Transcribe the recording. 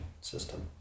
system